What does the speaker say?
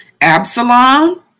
Absalom